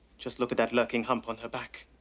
just look at that lurking hump on her back.